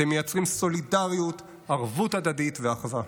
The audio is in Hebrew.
אתם מייצרים סולידריות, ערבות הדדית ואחווה.